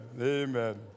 amen